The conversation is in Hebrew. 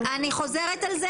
וייצור, עובדים ומשחקר ופיתוח.